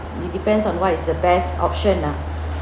it depends on what is the best option nah